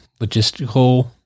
logistical